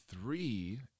three